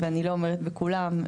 ואני לא אומרת שבכולם,